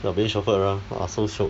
!wah! being chauffeured around !wah! so shiok